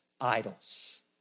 idols